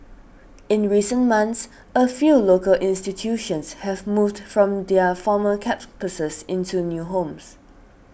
in recent months a few local institutions have moved from their former campuses into new homes